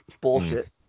Bullshit